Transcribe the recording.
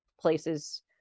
places